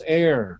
air